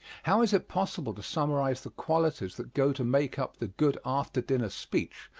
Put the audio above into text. how is it possible to summarize the qualities that go to make up the good after-dinner speech,